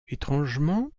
étrangement